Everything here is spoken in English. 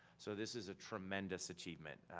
so this is a tremendous achievement.